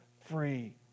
free